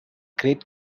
great